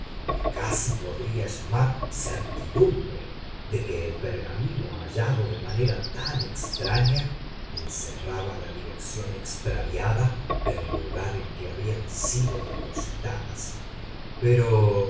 casi podría llamarse certidumbre de que el pergamino hallado de manera tan extraña encerraba la dirección extraviada del lugar en que habían sido depositadas pero